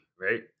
right